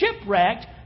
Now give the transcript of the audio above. shipwrecked